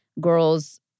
girls